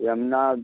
Yamuna